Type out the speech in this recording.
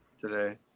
today